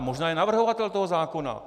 Možná je navrhovatel toho zákona.